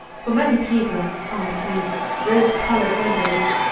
for many people art means rose-colored windows,